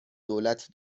دولت